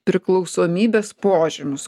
priklausomybės požymius